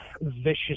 vicious